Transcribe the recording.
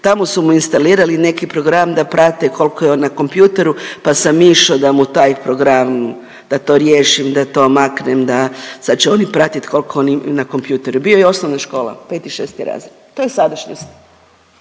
tamo su mu instalirali neki program da prate koliko je on na kompjuteru pa sam išo da mu taj program, da to riješim, da to maknem, sad će oni pratit koliko je on na kompjuteru. Bio je osnovna škola 5., 6. razred, to je sadašnjost.